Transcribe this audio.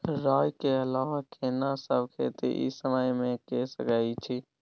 राई के अलावा केना सब खेती इ समय म के सकैछी?